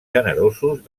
generosos